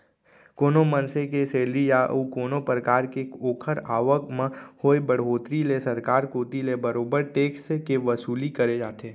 कोनो मनसे के सेलरी या अउ कोनो परकार के ओखर आवक म होय बड़होत्तरी ले सरकार कोती ले बरोबर टेक्स के वसूली करे जाथे